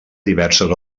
diverses